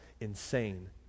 insane